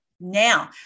Now